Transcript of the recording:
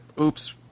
oops